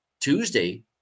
Tuesday